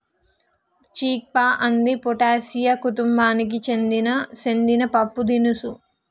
చిక్ పా అంది ఫాటాసియా కుతుంబానికి సెందిన పప్పుదినుసు